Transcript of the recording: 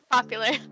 Popular